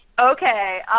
Okay